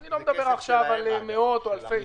אני לא מדבר עכשיו על אלפי הסתייגויות.